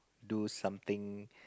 do something